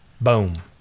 Boom